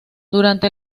durante